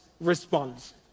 response